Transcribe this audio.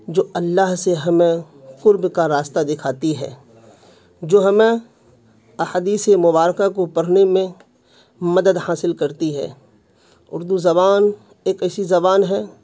جو اللہ سے ہمیں قرب کا راستہ دکھاتی ہے جو ہمیں احادیث مبارکہ کو پرھنے میں مدد حاصل کرتی ہے اردو زبان ایک ایسی زبان ہے